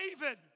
David